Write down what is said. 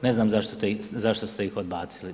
Ne znam zašto ste ih odbacili.